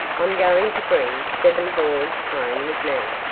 i'm going to bring seven boys home with me.